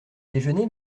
déjeuné